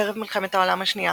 ערב מלחמת העולם השנייה